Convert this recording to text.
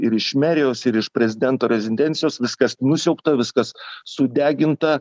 ir iš merijos ir iš prezidento rezidencijos viskas nusiaubta viskas sudeginta